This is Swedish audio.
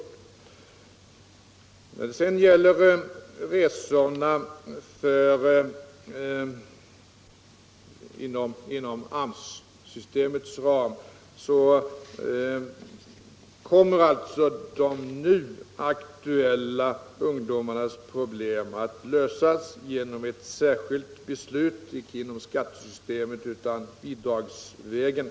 När det sedan gäller resorna inom AMS-systemets ram, så kommer de nu aktuella ungdomarnas problem att lösas genom ett särskilt beslut, inte inom skattesystemets ram utan bidragsvägen.